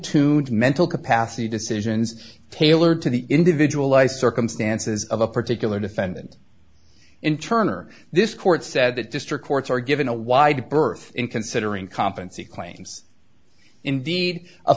tuned mental capacity decisions tailored to the individual life circumstances of a particular defendant in turn or this court said that district courts are given a wide berth in considering conference he claims indeed a